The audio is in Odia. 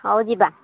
ହଉ ଯିବା